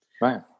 right